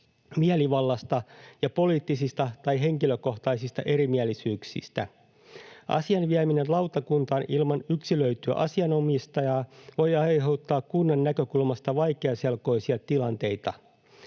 mielivallasta ja poliittisista tai henkilökohtaisista erimielisyyksistä. Asian vieminen lautakuntaan ilman yksilöityä asianomistajaa voi aiheuttaa kunnan näkökulmasta vaikeaselkoisia tilanteita.